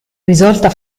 risolta